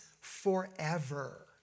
forever